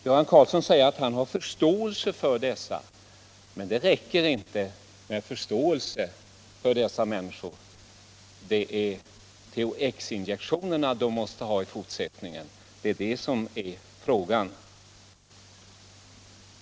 Göran Karlsson säger att han har förståelse för de människor som det här gäller, men det räcker inte med förståelse. Det är THX-injektioner de måste ha i fortsättningen. Det är det som är frågan.